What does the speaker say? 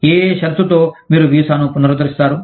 ఏ షరతుతో మీరు వీసాను పునరుద్ధరిస్తారు